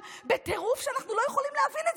שאנחנו לא יכולים להבין,